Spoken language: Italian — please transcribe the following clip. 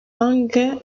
anche